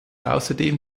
außerdem